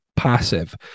passive